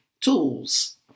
Tools